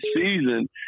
season